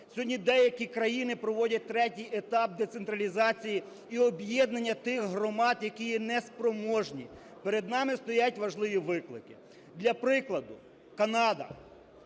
Сьогодні деякі країни проводять третій етап децентралізації і об'єднання тих громад, які є неспроможні. Перед нами стоять важливі виклики. Для прикладу, Канада,